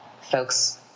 folks